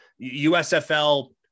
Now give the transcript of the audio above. USFL